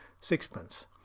sixpence